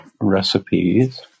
recipes